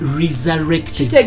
resurrected